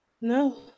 No